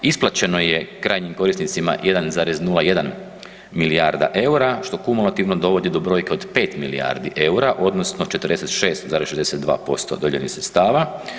Isplaćeno je krajnjim korisnicima 1,01 milijarda EUR-a što kumulativno dovodi do brojke od 5 milijardi EUR-a odnosno 46,62% od dodijeljenih sredstava.